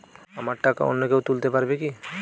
আমার টাকা অন্য কেউ তুলতে পারবে কি?